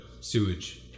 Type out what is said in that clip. sewage